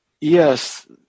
Yes